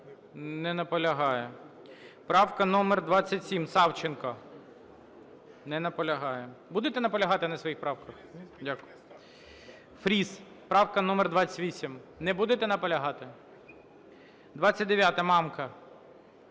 Не наполягає. Правка номер 27, Савченко. Не наполягає. Будете наполягати на своїх правках? Дякую. Фріс, правка номер 28. Не будете наполягати? 29-а, Мамка.